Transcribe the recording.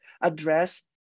address